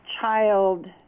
child